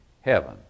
heaven